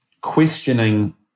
questioning